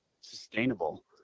sustainable